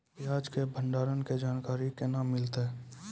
प्याज के भंडारण के जानकारी केना मिलतै?